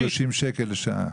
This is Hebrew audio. וכל זה בשביל 30.61 שקלים לשעה.